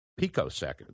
picoseconds